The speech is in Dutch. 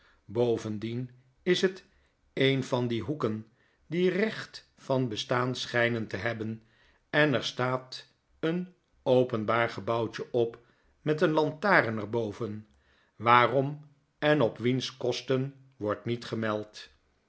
bovendien is het een van die hoeken die recht van bestaan schynen te hebben en er staat een openbaar gebouwtje op met een lantaarn er boven waarom en op wiens kosten wordt niet gemeld